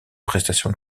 prestation